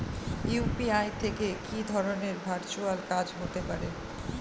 UPI থেকে কি ধরণের ভার্চুয়াল কাজ হতে পারে?